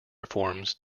reforms